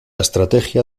estrategia